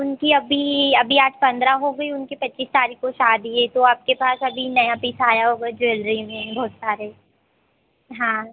उनकी अभी अभी आज पन्द्रह हो गई उनकी पच्चीस तारीख़ को शादी है तो आपके पास अभी नया पीस आया होगा ज्वेलरी में बहुत सारे हाँ